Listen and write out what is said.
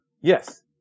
Yes